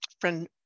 Friend